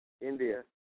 India